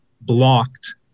blocked